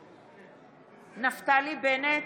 (קוראת בשמות חברי הכנסת) נפתלי בנט,